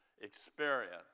experience